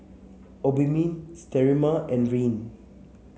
Obimin Sterimar and Rene